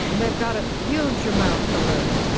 and they've got a huge amount to learn